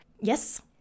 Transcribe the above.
Yes